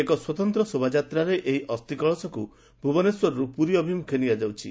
ଏକ ସ୍ୱତନ୍ତ ଶୋଭାଯାତ୍ରାରେ ଏହି ଅସ୍ଥି କଳସକୁ ଭୁବନେଶ୍ୱରରୁ ପୁରୀ ଅଭିମୁଖେ ନିଆଯାଉଛି